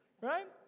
right